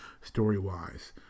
story-wise